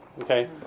okay